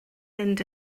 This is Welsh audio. mynd